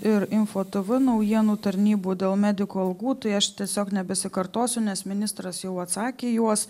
ir info tv naujienų tarnybų dėl medikų algų tai aš tiesiog nebesikartosiu nes ministras jau atsakė į juos